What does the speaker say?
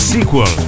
Sequel